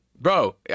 Bro